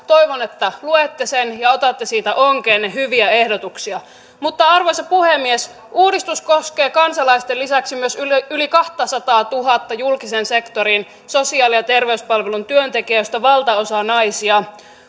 toivon että luette sen ja otatte siitä onkeenne hyviä ehdotuksia arvoisa puhemies uudistus koskee kansalaisten lisäksi myös yli yli kahtasataatuhatta julkisen sektorin sosiaali ja terveyspalvelun työntekijää joista valtaosa on naisia